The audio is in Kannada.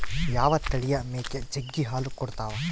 ಯಾವ ತಳಿಯ ಮೇಕೆ ಜಗ್ಗಿ ಹಾಲು ಕೊಡ್ತಾವ?